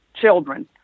children